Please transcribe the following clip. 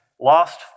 Lost